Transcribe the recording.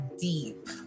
deep